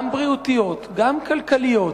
גם בריאותיות, גם כלכליות,